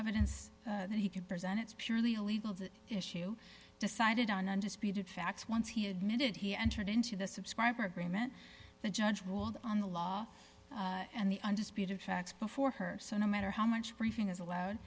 evidence that he can present it's purely a legal issue decided on undisputed facts once he admitted he entered into the subscriber agreement the judge ruled on the law and the undisputed facts before her so no matter how much briefing is allowed